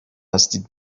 هستید